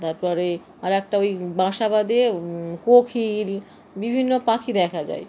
তাপরে আর একটা ওই বাসা বাঁধে কোকিল বিভিন্ন পাখি দেখা যায়